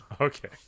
Okay